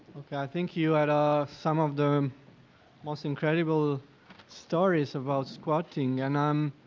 okay, i think you had ah some of the most incredible stories about squatting, and i'm